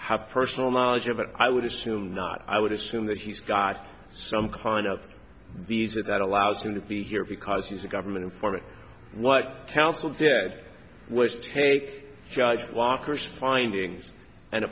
have personal knowledge of it i would assume not i would assume that he's got some kind of these or that allows him to be here because he's a government informant what counsel did was take judge walker's findings and